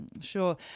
sure